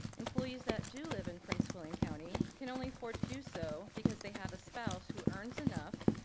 employees that do live in prince william county can only afford to do so because they have a spouse who earns enough,